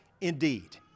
indeed